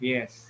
Yes